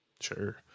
Sure